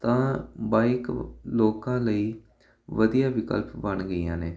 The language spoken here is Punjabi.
ਤਾਂ ਬਾਈਕ ਲੋਕਾਂ ਲਈ ਵਧੀਆ ਵਿਕਲਪ ਬਣ ਗਈਆਂ ਨੇ